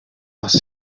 has